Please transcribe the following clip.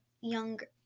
younger